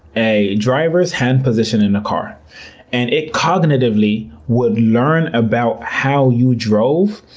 a driver's hand position in a car and it cognitively would learn about how you drove,